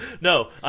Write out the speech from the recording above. no